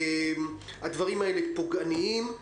הדברים האלה פוגעניים.